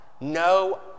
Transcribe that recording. no